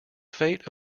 fate